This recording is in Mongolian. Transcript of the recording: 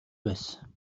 байсан